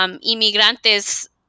inmigrantes